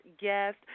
guest